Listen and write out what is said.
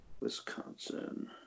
Wisconsin